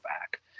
back